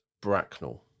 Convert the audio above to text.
Bracknell